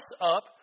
up